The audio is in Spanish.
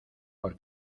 por